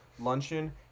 Luncheon